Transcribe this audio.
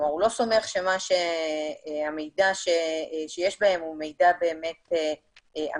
כלומר הוא לא סומך שהמידע שיש בהם הוא מידע באמת אמין